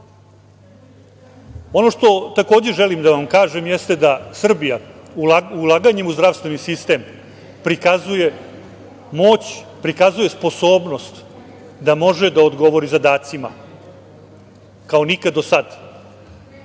što, takođe, želim da vam kažem jeste da Srbija ulaganjem u zdravstveni sistem prikazuje moć, prikazuje sposobnost da može da odgovori zadacima kao nikada do sad. Ono